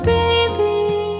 baby